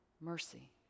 mercy